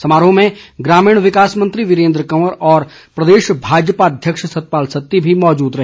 समारोह में ग्रामीण विकास मंत्री वीरेन्द्र कंवर और प्रदेश भाजपा अध्यक्ष सतपाल सत्ती भी मौजूद रहे